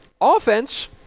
offense